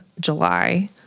July